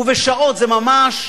ובשעות, זה ממש,